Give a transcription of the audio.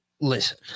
Listen